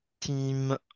team